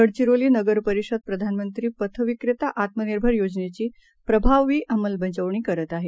गडचिरोलीनगरपरिषदप्रधानमंत्रीपथविक्रेताआत्मनिर्भरयोजनेचीप्रभावीअंमलबजावणीकरतआहे